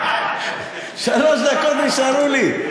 שלוש דקות נשארו לי,